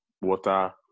water